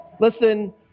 listen